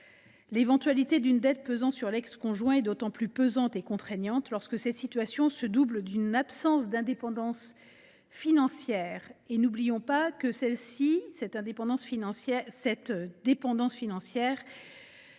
L’éventualité d’une dette pesant sur l’ex conjoint est d’autant plus contraignante lorsqu’elle se double d’une absence d’indépendance financière. Et, ne l’oublions pas, cette dépendance financière